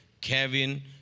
Kevin